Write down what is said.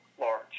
large